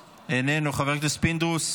איננו, חבר הכנסת פינדרוס,